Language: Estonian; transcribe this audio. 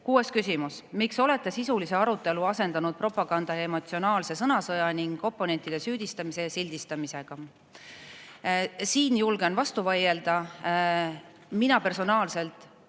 Kuues küsimus: "Miks olete sisulise arutelu asendanud propaganda ja emotsionaalse sõnasõja ning oponentide süüdistamise ja sildistamisega?" Siin julgen vastu vaielda. Mina personaalselt